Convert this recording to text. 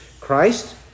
Christ